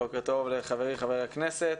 בוקר טוב לחברי וחברות הכנסת,